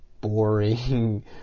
boring